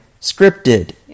scripted